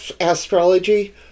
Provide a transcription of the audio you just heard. Astrology